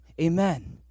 Amen